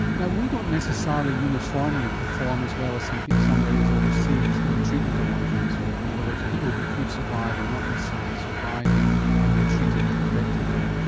yeah we don't necessarily uniformly uniformly perform as well as some some areas overseas in the treatment of lung cancer. in other words, people who could survive are not necessarily surviving and being treated effectively.